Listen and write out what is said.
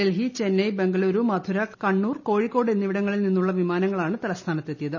ഡൽഹി ചെന്നൈ ബംഗളുരു മധുര കണ്ണൂർ കോഴിക്കോട് എന്നിവിടങ്ങളിൽ നിന്നുള്ള വിമാനങ്ങളാണ് തലസ്ഥാനത്ത് എത്തിയത്